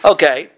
Okay